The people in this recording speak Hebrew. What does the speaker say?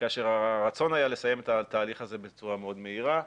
כאשר הרצון היה לסיים את התהליך הזה בצורה מאוד מהירה.